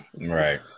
Right